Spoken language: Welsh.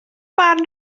barn